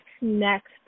next